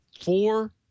four